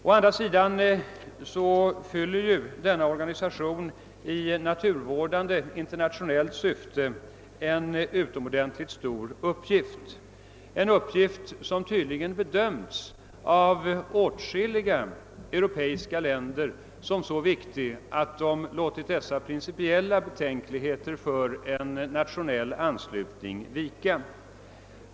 Å andra sidan fyller den en utomordentligt stor uppgift i naturvårdande syfte, en uppgift som tydligen av åtskilliga europeiska länder bedöms som så viktig, att de låtit de principiella betänkligheterna mot en nationell anslutning vika.